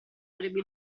avrebbe